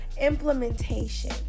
implementation